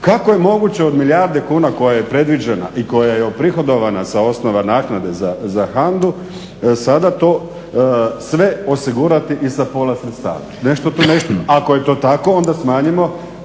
kako je moguće od milijarde kuna koja je predviđena i koja je oprihodovana sa osnova naknade za HANDA-u, sada to sve osigurati i sa pola sredstava. Nešto tu ne štima. Ako je to tako onda smanjimo